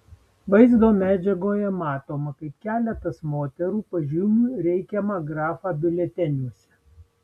vaizdo medžiagoje matoma kaip keletas moterų pažymi reikiamą grafą biuleteniuose